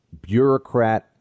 bureaucrat